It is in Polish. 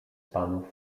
panów